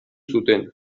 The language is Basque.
zuten